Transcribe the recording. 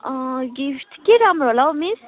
gift के राम्रो होला हो मिस